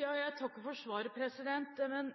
Jeg takker for svaret, men